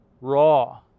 raw